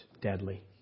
deadly